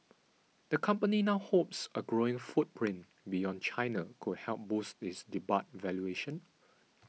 the company now hopes a growing footprint beyond China could help boost its debut valuation